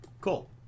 Cool